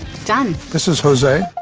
done. this is jose.